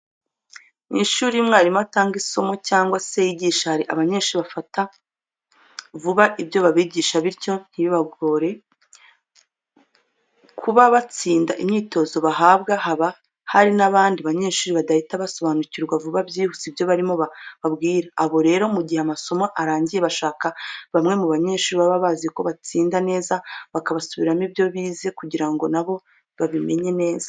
Mu ishuri iyo umwarimu atanga isomo cyangwa se yigisha hari abanyeshuri bafata vuba ibyo babigisha bityo ntibibagore kuba batsinda imyitizo bahabwa, haba hari n'abandi banyeshuri badahita basobanukirwa vuba byihuse ibyo barimo bababwira. Abo rero mu gihe amasomo arangiye bashaka bamwe mu banyeshuri baba baziko batsinda neza bakabasubiriramo ibyo bize kugira ngo na bo babimenye neza.